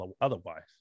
otherwise